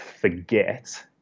forget